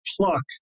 pluck